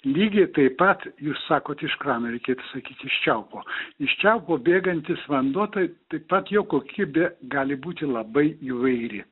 lygiai taip pat jūs sakot iš krano reikėtų sakyti iš čiaupo iš čiaupo bėgantis vanduo tai taip pat jo kokybė gali būti labai įvairi